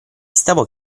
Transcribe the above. stavo